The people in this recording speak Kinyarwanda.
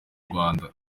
rwanda